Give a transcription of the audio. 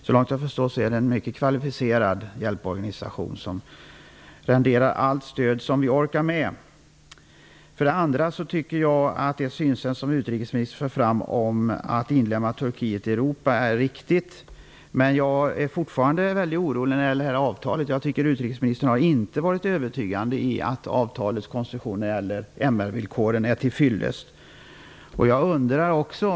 Så långt jag förstår är det en mycket kvalificerad hjälporganisation, som bör rendera allt stöd som vi orkar med För det andra tycker jag att det synsätt som utrikesministern för fram om att inlemma Turkiet i Europa är riktigt, men jag är fortfarande orolig när det gäller det här avtalet. Jag tycker inte att utrikesministern har övertygat om att avtalets konstruktion i fråga om MR-villkoren är till fyllest.